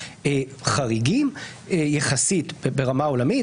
חריגים יחסית ברמה עולמית,